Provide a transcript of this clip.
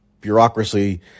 bureaucracy